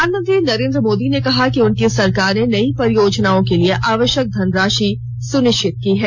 प्रधानमंत्री नरेंद्र मोदी ने कहा कि उनकी सरकार ने नई परियोजनाओं के लिए आवश्यक धनराशि सुनिश्चित की है